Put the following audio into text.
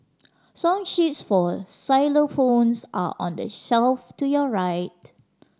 song sheets for xylophones are on the shelf to your right